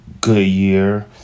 goodyear